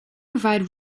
provide